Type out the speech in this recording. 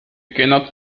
cannot